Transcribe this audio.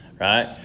Right